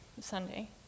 Sunday